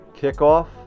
kickoff